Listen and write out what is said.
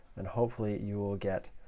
and hopefully you will get